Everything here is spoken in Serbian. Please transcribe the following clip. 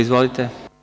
Izvolite.